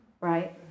right